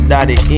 Daddy